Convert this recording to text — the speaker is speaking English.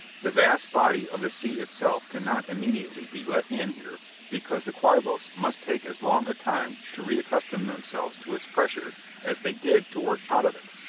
the vast body of the sea itself cannot immediately be let in here because the quabos must take as long a time to re-accustom themselves to its pressure as they did to work out of it.